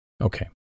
okay